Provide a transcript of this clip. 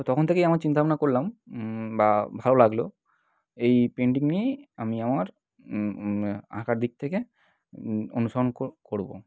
তো তখন থেকেই আমার চিন্তা ভাবনা করলাম বা ভালো লাগলো এই পেন্টিং নিয়েই আমি আমার আঁকার দিক থেকে অনুসরণ কর করবো